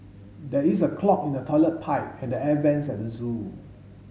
there is a clog in the toilet pipe and the air vents at the zoo